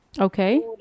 Okay